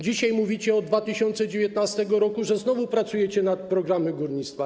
Dzisiaj mówicie, od 2019 r., że znowu pracujecie nad programem górnictwa.